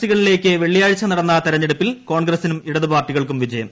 സികളിലേക്ക് വെള്ളിയാഴ്ച നടന്ന തെരഞ്ഞെപ്പിൽ കോൺഗ്രസിനും ഇടതുപാർട്ടികൾക്കും വിജയം